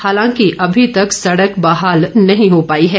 हालांकि अभी तक सडक बहाल नहीं हो पाई है